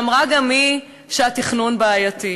שאמרה גם היא שהתכנון בעייתי,